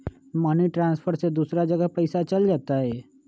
Money transfer से दूसरा जगह पईसा चलतई?